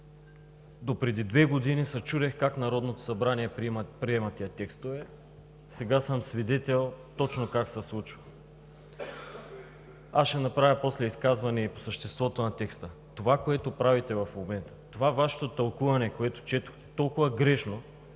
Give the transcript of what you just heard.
допреди две години се чудех как Народното събрание приема тези текстове, сега съм свидетел точно как се случва – аз ще направя после изказване и по съществото на текста. Това, което правите в момента – това Ваше тълкуване, което четохте, е толкова грешно,